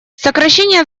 сокращение